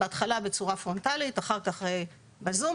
בהתחלה בצורה פרונטלית, אחר כך בזומים.